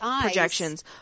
projections